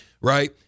right